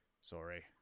Sorry